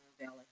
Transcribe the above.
Valley